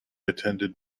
attended